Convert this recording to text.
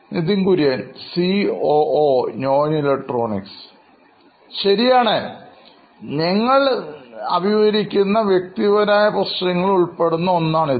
Nitin Kurian COO നോയിൻ electronics ശരിയാണ് ഞങ്ങൾ നേരിടുന്ന വ്യക്തിപരമായ പ്രശ്നങ്ങളിൽ ഉൾപ്പെടുന്ന ഒന്നാണ് ഇത്